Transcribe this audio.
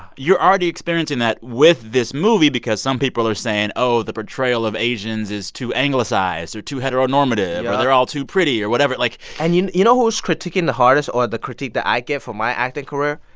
you're already experiencing that with this movie because some people are saying, oh, the portrayal of asians is too anglicized or too hetero-normative yup or they're all too pretty or whatever. like. and you you know who's critiquing the hardest or the critique that i get for my acting career?